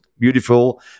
beautiful